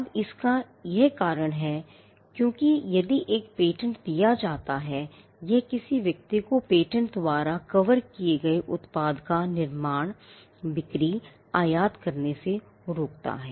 अब इसका एक कारण है क्योंकि यदि कोई पेटेंट दिया जाता हैयह किसी व्यक्ति को पेटेंट द्वारा कवर किए गए उत्पाद का निर्माण बिक्री आयात करने से रोकता है